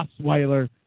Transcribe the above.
Osweiler